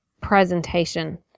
presentation